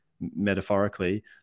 metaphorically